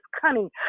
cunning